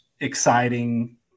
exciting